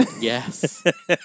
Yes